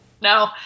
No